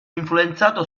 influenzato